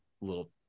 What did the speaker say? little